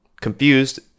confused